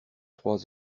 trois